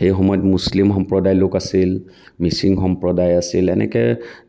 সেই সময়ত মুচলিম সম্প্ৰদায়ৰ লোক আছিল মিচিং সম্প্ৰদায় আছিল এনেকৈ